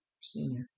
Senior